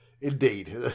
Indeed